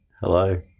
Hello